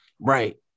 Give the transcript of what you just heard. right